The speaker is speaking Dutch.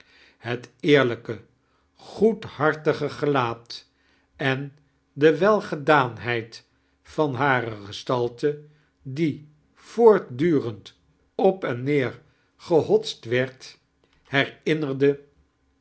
het eerlijke goedhartige gelaat en de welgedaanheid van hare gestalte die voortdurend op en neer gehotst weird